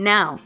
Now